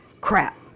crap